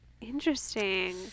interesting